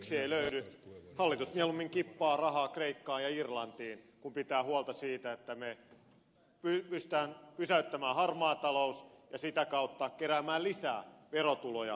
hallitus mieluummin kippaa rahaa kreikkaan ja irlantiin kuin pitää huolta siitä että me pystymme pysäyttämään harmaan talouden ja sitä kautta keräämään lisää verotuloja suomeen